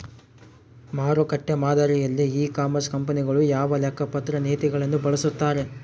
ಮಾರುಕಟ್ಟೆ ಮಾದರಿಯಲ್ಲಿ e commerce ಕಂಪನಿಗಳು ಯಾವ ಲೆಕ್ಕಪತ್ರ ನೇತಿಗಳನ್ನು ಬಳಸುತ್ತಾರೆ?